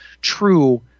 true